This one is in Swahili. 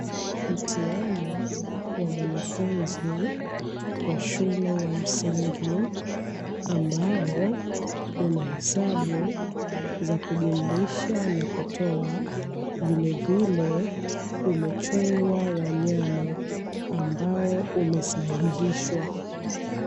Mtihani wa mwanafunzi wa shule ya msingi, ambao unahesabu za kujumlisha na kutoa, vilevile umechorwa wanyama ambao umesahihishwa.